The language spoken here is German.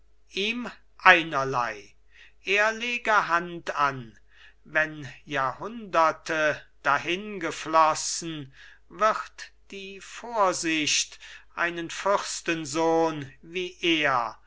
ihm einerlei er lege hand an wenn jahrhunderte dahingeflohen wird die vorsicht einen fürstensohn wie er